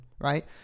right